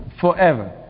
forever